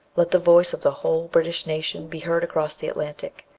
let the voice of the whole british nation be heard across the atlantic,